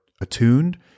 attuned